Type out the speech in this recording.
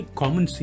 common